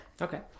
Okay